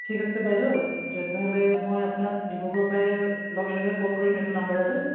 ঠিক আছে বাইদেউ তেতিয়াহ'লে মই আপোনাক ডিব্ৰুগড় পাই লগে লগে ক'ল কৰিম এইটো নাম্বাৰতে